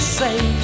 say